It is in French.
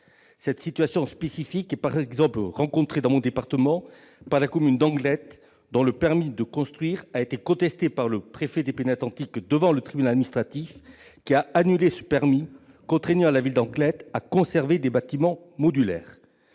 Cette situation spécifique est, par exemple, rencontrée dans mon département par la commune d'Anglet, dont le permis de construire a été contesté par le préfet des Pyrénées-Atlantiques devant le tribunal administratif. Le permis a donc été annulé, ce qui a contraint la ville d'Anglet à conserver des bâtiments modulaires.